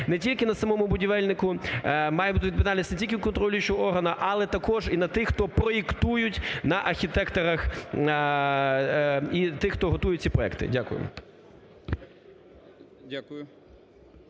не тільки на самому будівельнику, має бути відповідальність не тільки контролюючого органа, але також і на тих, хто проектують, на архітекторах і тих, хто готують ці проекти. Дякую.